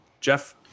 Jeff